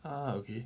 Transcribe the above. ah okay